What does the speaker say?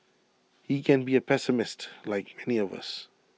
he can be A pessimist like many of us